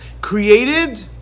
created